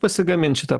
pasigaminti šį tą